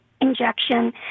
injection